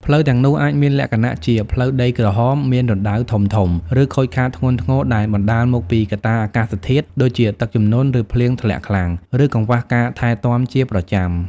ផ្លូវទាំងនោះអាចមានលក្ខណៈជា ផ្លូវដីក្រហម មាន រណ្តៅធំៗ ឬ ខូចខាតធ្ងន់ធ្ងរ ដែលបណ្តាលមកពីកត្តាអាកាសធាតុ ដូចជាទឹកជំនន់ ឬភ្លៀងធ្លាក់ខ្លាំង ឬកង្វះការថែទាំជាប្រចាំ។